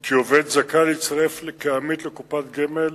כי עובד זכאי להצטרף כעמית לקופת גמל,